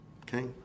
okay